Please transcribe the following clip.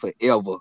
forever